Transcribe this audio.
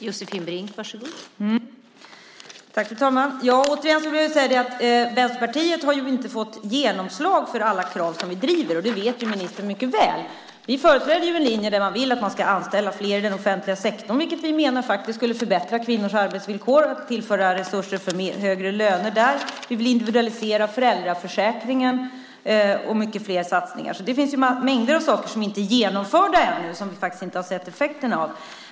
Fru talman! Återigen vill jag säga att vi i Vänsterpartiet inte har fått genomslag för alla krav som vi driver, och det vet ministern mycket väl. Vi företräder en linje där man vill att det ska anställas fler i den offentliga sektorn, vilket vi menar faktiskt skulle förbättra kvinnors arbetsvillkor. Vi vill tillföra resurser för högre löner där. Vi vill individualisera föräldraförsäkringen. Och det handlar om mycket fler satsningar. Det finns alltså mängder av saker som inte är genomförda ännu och som vi faktiskt inte har sett effekterna av.